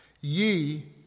Ye